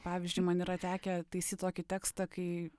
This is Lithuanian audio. pavyzdžiui man yra tekę taisyt tokį tekstą kai